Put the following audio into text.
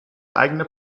eigene